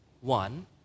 one